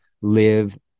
live